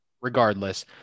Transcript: regardless